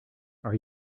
are